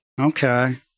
Okay